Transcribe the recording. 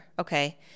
Okay